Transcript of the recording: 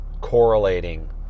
correlating